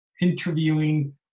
interviewing